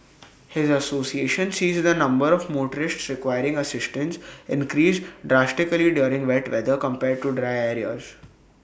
his association sees the number of motorists requiring assistance increase drastically during wet weather compared to dry